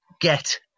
get